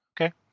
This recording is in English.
Okay